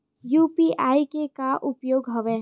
UPI के का उपयोग हवय?